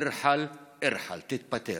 אירחל, אירחל, תתפטר.